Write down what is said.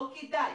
לא כדאי.